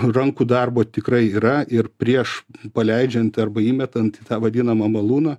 rankų darbo tikrai yra ir prieš paleidžiant arba įmetant į tą vadinamą malūną